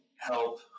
help